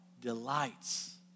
delights